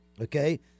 Okay